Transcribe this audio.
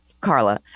Carla